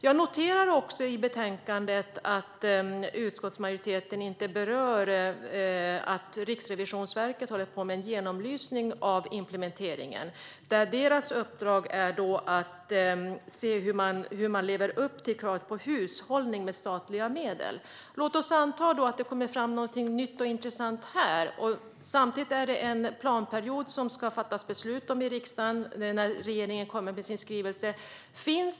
Jag noterar också att utskottsmajoriteten i betänkandet inte berör att Riksrevisionen håller på med en genomlysning av implementeringen. Deras uppdrag är att se hur man lever upp till kravet på hushållning med statliga medel. Låt oss anta att det kommer fram någonting nytt och intressant där, samtidigt som det är en planperiod som ska beslutas av riksdagen när regeringen kommer med sin skrivelse.